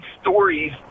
stories